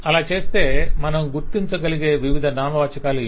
అలా చేస్తే మనం గుర్తించగలిగే వివిధ నామవాచకాలు ఇవి